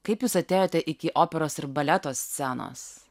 kaip jūs atėjote iki operos ir baleto scenos